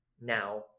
Now